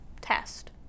test